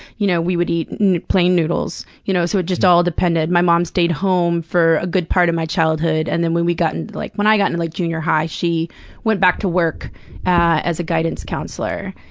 you know we would eat plain noodles, you know so it just all depended. my mom stayed home for a good part of my childhood, and then when we got and like when i got into, like, junior high, she went back to work as a guidance counselor.